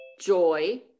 joy